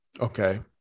Okay